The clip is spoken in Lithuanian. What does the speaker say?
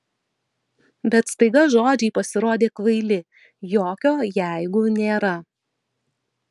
bet staiga žodžiai pasirodė kvaili jokio jeigu nėra